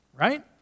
right